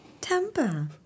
Temper